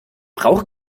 brauche